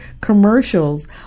commercials